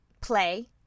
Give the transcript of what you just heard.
play